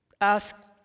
Ask